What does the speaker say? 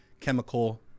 chemical